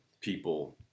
people